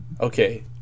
Okay